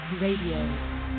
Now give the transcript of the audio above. Radio